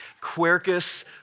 Quercus